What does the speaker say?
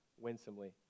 winsomely